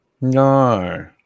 No